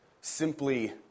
simply